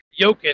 Jokic